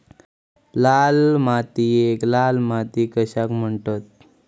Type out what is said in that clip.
लाल मातीयेक लाल माती कशाक म्हणतत?